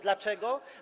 Dlaczego?